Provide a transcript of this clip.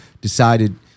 decided